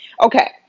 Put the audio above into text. Okay